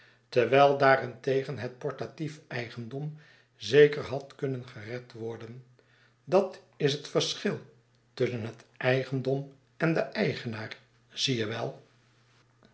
terwijl daarentegen het portatief eigendom zeker had kunnen gered worden dat is het verschil tusschen het eigendom en den eigenaar zie je wel